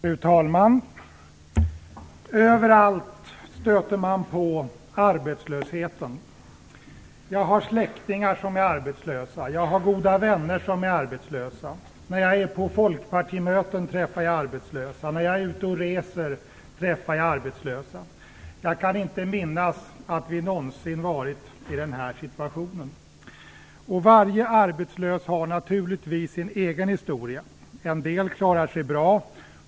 Fru talman! Överallt stöter man på arbetslösheten. Jag har släktingar som är arbetslösa. Jag har goda vänner som är arbetslösa. När jag är på folkpartimöten träffar jag arbetslösa. När jag är ute och reser träffar jag arbetslösa. Jag kan inte minnas att vi någonsin varit i denna situation. Varje arbetslös har naturligtvis sin egen historia. En del klarar sig bra.